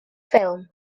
ffilm